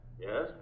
Yes